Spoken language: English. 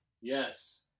Yes